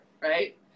Right